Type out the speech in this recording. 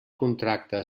contracte